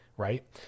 right